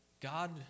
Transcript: God